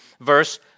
verse